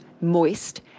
moist